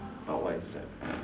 but what is that